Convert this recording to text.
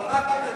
אבל רק אל תגיד,